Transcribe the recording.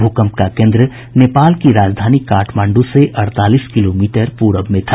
भूकम्प का केन्द्र नेपाल की राजधानी काठमांडू से अड़तालीस किलोमीटर पूरब में था